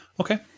Okay